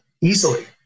easily